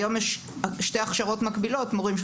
היום יש שתי הכשרות מקבילות מורים של